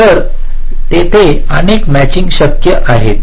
तर तेथे अनेक मॅचिंग शक्य आहेत